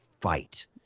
fight